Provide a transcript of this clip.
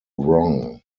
wrong